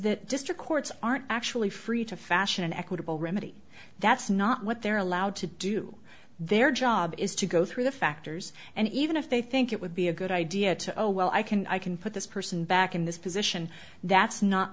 that district courts aren't actually free to fashion an equitable remedy that's not what they're allowed to do their job is to go through the factors and even if they think it would be a good idea to oh well i can i can put this person back in this position that's not